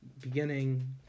beginning